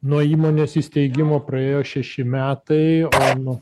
nuo įmonės įsteigimo praėjo šeši metai o nuo